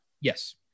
yes